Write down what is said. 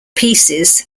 pieces